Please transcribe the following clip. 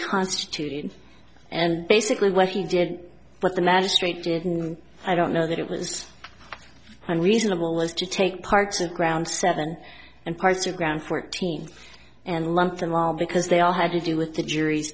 reconstituted and basically what he did but the magistrate didn't i don't know that it was reasonable was to take parts of ground seven and parts or ground fourteen and lump them all because they all had to do with the jury's